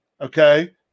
okay